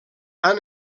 han